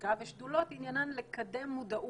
ובחקיקה ושדולות, עניינן לקדם מודעות,